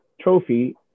trophy